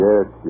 Yes